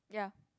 yeah we did